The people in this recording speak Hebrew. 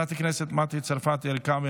חברת הכנסת מטי צרפתי הרכבי,